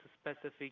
specific